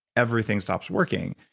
everything stops working.